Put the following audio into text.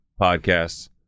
podcasts